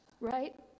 Right